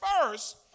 first